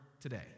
today